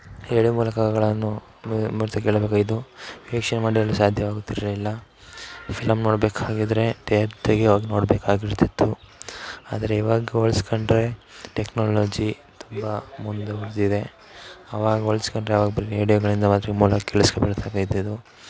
radio ಮೂಲಕಗಳನ್ನು ಬಳಸಿ ಕೇಳಬೇಕಾಗಿದ್ದು ವೀಕ್ಷಣೆ ಮಾಡಿರಲು ಸಾಧ್ಯವಾಗುತ್ತಿರಲಿಲ್ಲ ಫಿಲಮ್ ನೋಡಬೇಕಾಗಿದ್ರೆ ತಿಯೇಟ್ರಿಗೆ ಹೋಗಿ ನೋಡಬೇಕಾಗಿರುತ್ತಿತ್ತು ಆದರೆ ಇವಾಗ ಹೋಲ್ಸ್ಕೊಂಡ್ರೆ ಟೆಕ್ನೋಲಜಿ ತುಂಬ ಮುಂದುವರೆದಿದೆ ಅವಾಗ ಹೋಲ್ಸ್ಕೊಂಡ್ರೆ ಅವಾಗ ಬರೀ ರೇಡಿಯೊಗಳಿಂದ ಮೂಲ ಕೇಳಿಸ್ಕೊಳ್ಬೇಕಾಗಿದ್ದಿದ್ದು